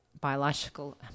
biological